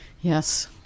Yes